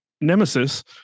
nemesis